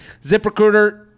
Ziprecruiter